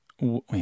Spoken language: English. wait